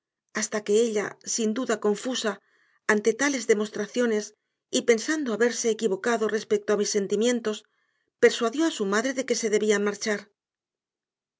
hasta que ella sin duda confusa ante tales demostraciones y pensando haberse equivocado respecto a mis sentimientos persuadió a su madre de que se debían marchar